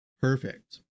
perfect